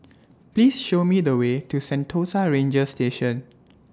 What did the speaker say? Please Show Me The Way to Sentosa Ranger Station